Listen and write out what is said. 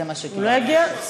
הוא לא יגיע?